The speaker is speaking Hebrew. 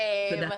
תודה.